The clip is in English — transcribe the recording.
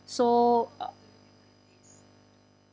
so uh